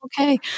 okay